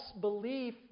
belief